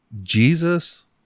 Jesus